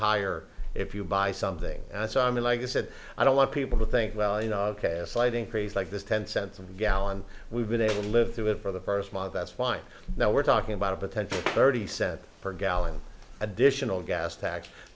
higher if you buy something that's i mean like i said i don't want people to think well you know ok slight increase like this ten cents a gallon we've been able to live through it for the first month that's fine now we're talking about a potential thirty seven per gallon additional gas tax